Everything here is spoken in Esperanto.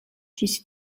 ĝis